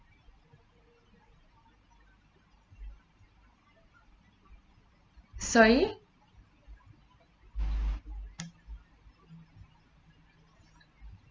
sorry